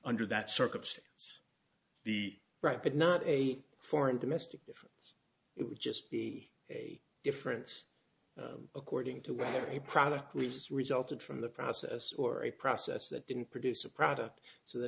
under that circumstance the right did not a foreign domestic difference it would just be a difference according to what a product which resulted from the process or a process that didn't produce a product so th